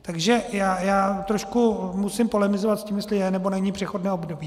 Takže já trošku musím polemizovat, jestli je, nebo není přechodné období.